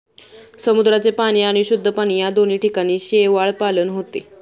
समुद्राचे पाणी आणि शुद्ध पाणी या दोन्ही ठिकाणी शेवाळपालन होते